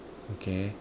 okay